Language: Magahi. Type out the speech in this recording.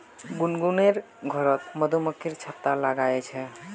गुनगुनेर घरोत मधुमक्खी छत्ता लगाया छे